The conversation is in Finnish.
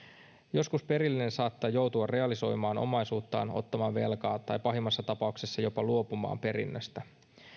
joskus perillinen saattaa joutua realisoimaan omaisuuttaan ottamaan velkaa tai pahimmassa tapauksessa jopa luopumaan perinnöstä